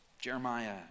Jeremiah